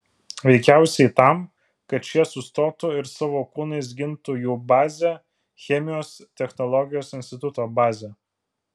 veikiausiai tam kad šie sustotų ir savo kūnais gintų jų bazę chemijos technologijos instituto bazę